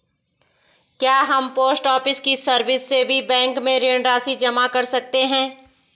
क्या हम post office की सर्विस से भी बैंक में ऋण राशि जमा कर सकते हैं?